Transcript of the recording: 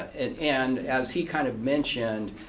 and and as he kind of mentioned,